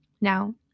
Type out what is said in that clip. now